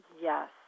yes